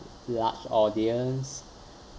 large audience